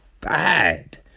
bad